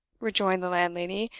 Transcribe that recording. rejoined the landlady,